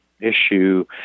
issue